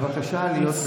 בבקשה להיות בשקט.